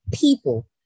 people